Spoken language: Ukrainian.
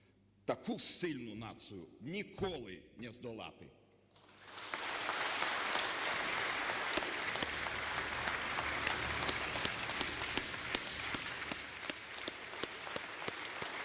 Таку сильну націю ніколи не здолати!